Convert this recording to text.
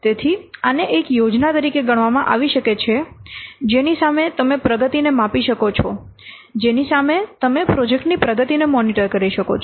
તેથી આને એક યોજના તરીકે ગણવામાં આવી શકે છે જેની સામે તમે પ્રગતિને માપી શકો છો જેની સામે તમે પ્રોજેક્ટની પ્રગતિને મોનિટર કરી શકો છો